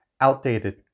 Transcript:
Outdated